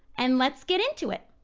and let's get into it.